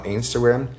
Instagram